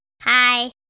Hi